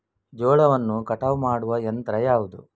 ಜೋಳವನ್ನು ಕಟಾವು ಮಾಡುವ ಯಂತ್ರ ಯಾವುದು?